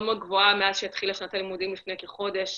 גבוהה מאז שהתחילה שנת הלימודים לפני כחודש.